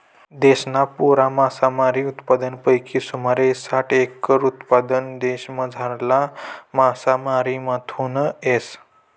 देशना पुरा मासामारी उत्पादनपैकी सुमारे साठ एकर उत्पादन देशमझारला मासामारीमाथून येस